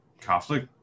Catholic